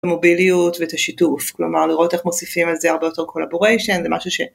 המוביליות ואת השיתוף, כלומר לראות איך מוסיפים על זה הרבה יותר קולבוריישן, זה משהו ש...